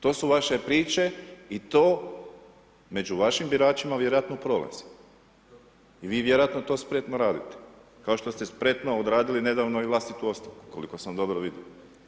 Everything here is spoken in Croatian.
To su vaše priče i to među vašim biračima vjerovatno prilazi i vi vjerojatno to spretno radite kao što ste spretno odradili nedavno i vlastitu ostavku koliko sam dobro vidio.